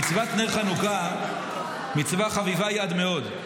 "מצוות נר חנוכה מצווה חביבה היא עד מאוד,